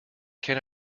can